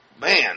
man